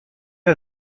est